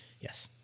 Yes